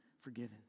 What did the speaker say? forgiven